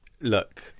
Look